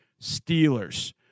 Steelers